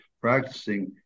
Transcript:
practicing